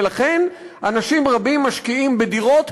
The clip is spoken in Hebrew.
ולכן אנשים רבים משקיעים בדירות,